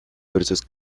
versos